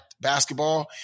basketball